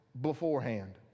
beforehand